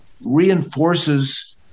reinforces